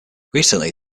recently